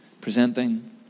presenting